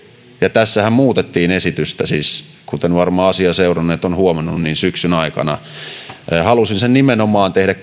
tässähän siis muutettiin esitystä kuten varmaan asiaa seuranneet ovat huomanneet syksyn aikana halusin sen nimenomaan tehdä